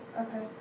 Okay